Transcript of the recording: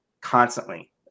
constantly